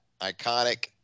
iconic